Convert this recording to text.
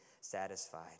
satisfied